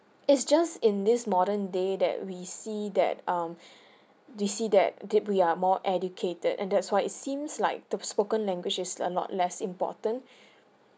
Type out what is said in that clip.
it's just in this modern day that we see that um we see that did we are more educated and that's why it seems like the spoken languages is a lot less important